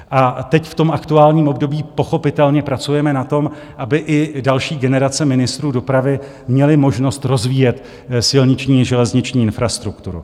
A teď v tom aktuálním období pochopitelně pracujeme na tom, aby i další generace ministrů dopravy měly možnost rozvíjet silniční železniční infrastrukturu.